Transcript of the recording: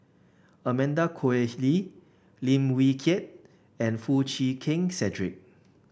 Amanda Koe Lee Lim Wee Kiak and Foo Chee Keng Cedric